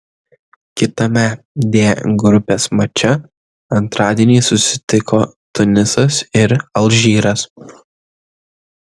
kitame d grupės mače antradienį susitiko tunisas ir alžyras